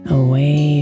away